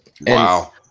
wow